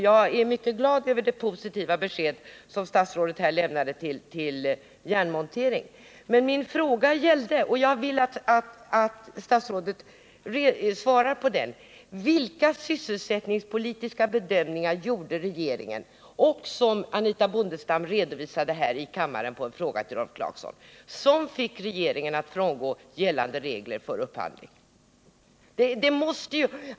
Jag är glad över det positiva besked som statsrådet här har lämnat till AB Järnmontering, men jag vill att statsrådet svarar på det som min fråga gällde: Vilka sysselsättningspolitiska bedömningar gjorde regeringen, som fick den att frångå gällande regler för upphandling? Anitha Bondestam redovisade detta i ett svar på en fråga till Rolf Clarkson.